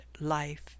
life